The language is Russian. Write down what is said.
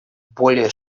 более